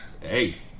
hey